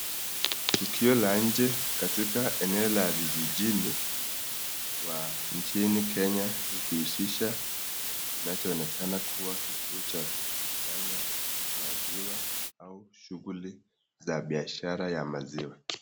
Tukio la nje katika eneo la vijijini wa nchini Kenya ikihusisha kinachoonekana kuwa kituo cha kukusanya maziwa au shughuli za biashara ya maziwa.